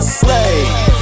slave